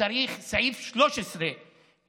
צריך סעיף 13 בחוק.